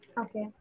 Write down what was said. Okay